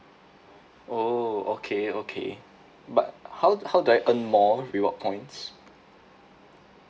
oh okay okay but how how do I earn more rewards points